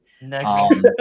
Next